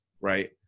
right